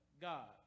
God